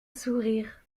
sourire